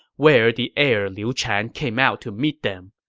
where the heir liu chan came out to meet them.